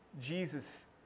Jesus